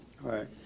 Right